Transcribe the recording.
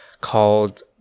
called